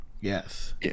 Yes